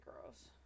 gross